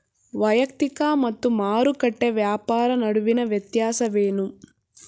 ವೈಯಕ್ತಿಕ ಮತ್ತು ಮಾರುಕಟ್ಟೆ ವ್ಯಾಪಾರ ನಡುವಿನ ವ್ಯತ್ಯಾಸವೇನು?